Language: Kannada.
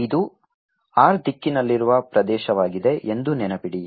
ಇದು r ದಿಕ್ಕಿನಲ್ಲಿರುವ ಪ್ರದೇಶವಾಗಿದೆ ಎಂದು ನೆನಪಿಡಿ